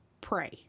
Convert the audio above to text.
pray